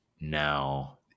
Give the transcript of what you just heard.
now